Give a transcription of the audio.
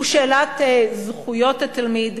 הוא שאלת זכויות התלמיד,